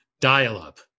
Dial-up